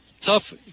tough